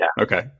Okay